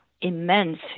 immense